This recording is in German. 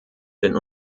denn